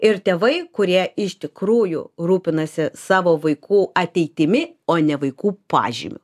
ir tėvai kurie iš tikrųjų rūpinasi savo vaikų ateitimi o ne vaikų pažymiu